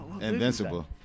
Invincible